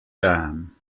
dam